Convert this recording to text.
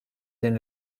din